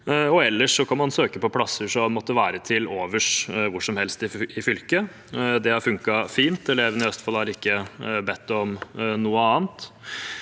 og ellers kan man søke på plasser som måtte være til overs, hvor som helst i fylket. Det har funket fint. Elevene i Østfold har ikke bedt om noe annet.